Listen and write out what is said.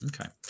Okay